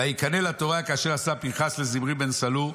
ויקנא לתורה כאשר עשה פנחס לזמרי בן סלוא.